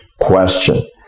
question